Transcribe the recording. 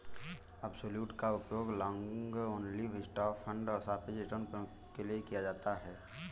absolute का उपयोग long only stock fund सापेक्ष रिटर्न उपायों के लिए किया जाता है